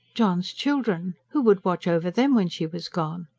john's children who would watch over them when she was gone?